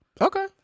okay